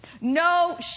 no